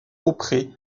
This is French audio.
auprès